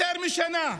יותר משנה,